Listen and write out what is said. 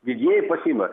didieji pasiima